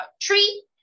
tree